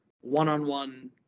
one-on-one